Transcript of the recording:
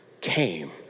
came